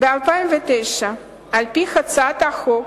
התשס"ט 2009. על-פי הצעת החוק,